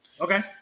okay